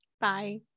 Bye